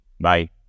Bye